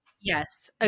Yes